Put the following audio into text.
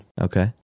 Okay